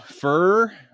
Fur